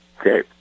Okay